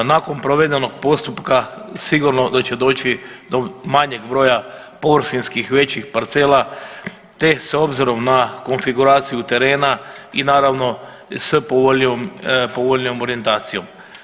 Nakon provedenog postupka sigurno da će doći do manjeg broja površinski većih parcela, te s obzirom na konfiguraciju terena i naravno s povoljnijom orijentacijom.